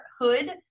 hood